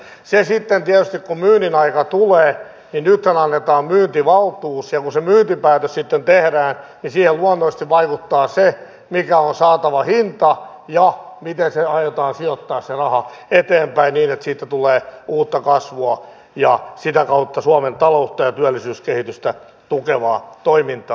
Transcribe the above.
sitten tietysti kun myynnin aika tulee nythän annetaan myyntivaltuus ja kun se myyntipäätös sitten tehdään niin siihen luonnollisesti vaikuttaa se mikä on saatava hinta ja miten se raha aiotaan sijoittaa eteenpäin niin että siitä tulee uutta kasvua ja sitä kautta suomen taloutta ja työllisyyskehitystä tukevaa toimintaa